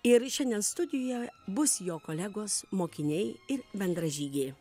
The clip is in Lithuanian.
ir šiandien studijoje bus jo kolegos mokiniai ir bendražygiai